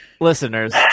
Listeners